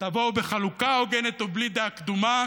תבואו בחלוקה הוגנת ובלי דעה קדומה,